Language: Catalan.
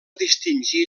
distingir